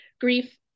grief